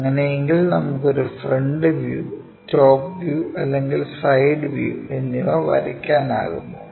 അങ്ങനെയാണെങ്കിൽ നമുക്ക് ഒരുഫ്രണ്ട് വ്യൂ ടോപ് വ്യൂ അല്ലെങ്കിൽ സൈഡ് വ്യൂ എന്നിവ വരയ്ക്കാനാകുമോ